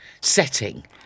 setting